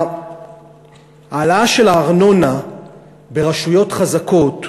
ההעלאה של הארנונה ברשויות חזקות,